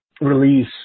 release